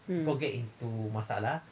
mm